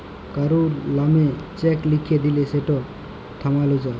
কারুর লামে চ্যাক লিখে দিঁলে সেটকে থামালো যায়